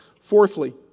Fourthly